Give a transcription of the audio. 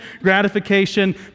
gratification